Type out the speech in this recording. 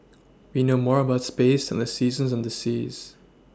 we know more about space than the seasons and the seas